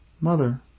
Mother